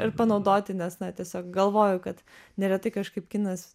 ir panaudoti nes na tiesiog galvoju kad neretai kažkaip kinas